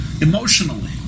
emotionally